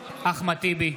טיבי,